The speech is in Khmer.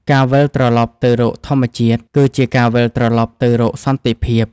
ការវិលត្រឡប់ទៅរកធម្មជាតិ គឺជាការវិលត្រឡប់ទៅរកសន្តិភាព។